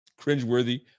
cringeworthy